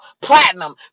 platinum